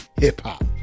hip-hop